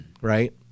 right